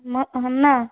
म् अहं न